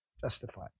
Justify